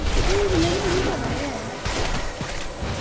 ते हुन जि'न्ना कि तुसेंगी पता गै ऐ